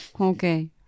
Okay